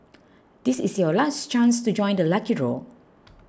this is your last chance to join the lucky draw